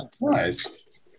Nice